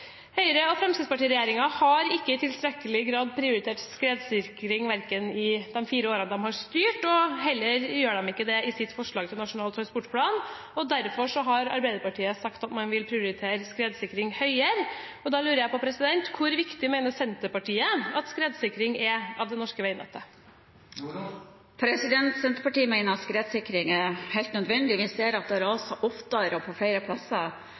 Høyre- og Fremskrittsparti-regjeringen har ikke i tilstrekkelig grad prioritert skredsikring i de fire årene de har styrt, og de gjør det heller ikke i sitt forslag til Nasjonal transportplan. Derfor har Arbeiderpartiet sagt at man vil prioritere skredsikring høyere. Da lurer jeg på: Hvor viktig mener Senterpartiet at skredsikring av det norske veinettet er? Senterpartiet mener at skredsikring er helt nødvendig. Vi ser at det raser oftere og på flere plasser